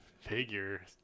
figure